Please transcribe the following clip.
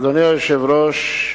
אדוני היושב-ראש,